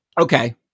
Okay